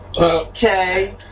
Okay